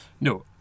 No